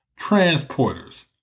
transporters